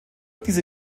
diese